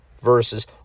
versus